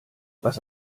was